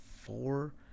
four